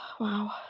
Wow